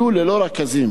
יהיו ללא רכזים.